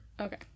Okay